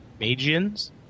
magians